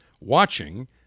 watching